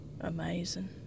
Amazing